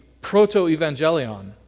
proto-evangelion